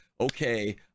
okay